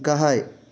गाहाय